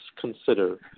consider